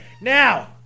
Now